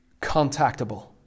contactable